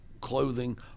Clothing